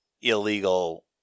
illegal